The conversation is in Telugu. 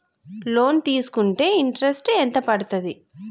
లోన్ తీస్కుంటే ఇంట్రెస్ట్ ఎంత పడ్తది?